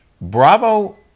bravo